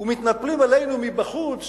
ומתנפלים עלינו מבחוץ,